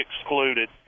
excluded